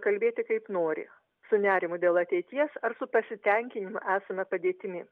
kalbėti kaip nori su nerimu dėl ateities ar su pasitenkinimu esama padėtimi